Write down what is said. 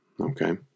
Okay